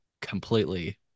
completely